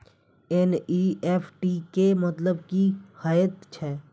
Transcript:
NEFT केँ मतलब की हएत छै?